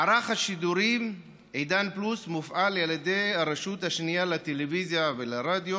מערך השידורים עידן פלוס מופעל על ידי הרשות השנייה לטלוויזיה ולרדיו